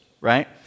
right